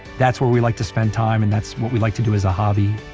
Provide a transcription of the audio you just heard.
that's where we like to spend time and that's what we like to do as a hobby